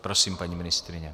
Prosím, paní ministryně.